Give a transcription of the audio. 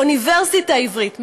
אוניברסיטה עברית,